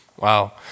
Wow